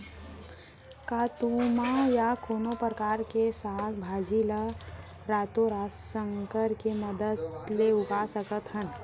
का तुमा या कोनो परकार के साग भाजी ला रातोरात संकर के मदद ले उगा सकथन?